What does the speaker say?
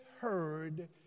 heard